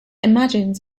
imagines